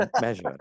measure